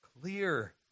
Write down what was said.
clear